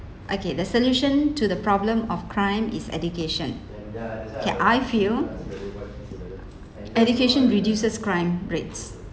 okay the solution to the problem of crime is education okay I feel education reduces crime rates